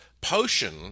potion